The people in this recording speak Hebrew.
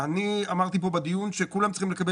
אני אמרתי פה בדיון שכולם צריכים לקבל